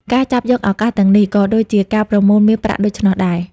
ការចាប់យកឱកាសទាំងនេះ ក៏ដូចជាការប្រមូលមាសប្រាក់ដូច្នោះដែរ។